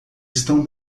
estão